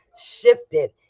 shifted